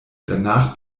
danach